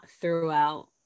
throughout